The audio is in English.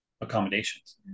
accommodations